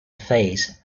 face